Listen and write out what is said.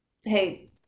Hey